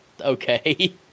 okay